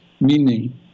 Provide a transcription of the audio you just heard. Meaning